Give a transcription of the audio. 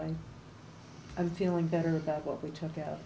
i'm feeling better about what we took out